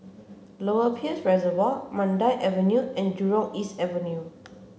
Lower Peirce Reservoir Mandai Avenue and Jurong East Avenue